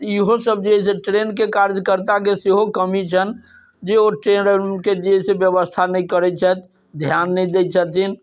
इहो सब जे है से ट्रेन के कार्यकर्ता के सेहो कमी छनि जे ओ ट्रेन उन के जे है से व्यवस्था नहि करे ध्यान नहि दै छथिन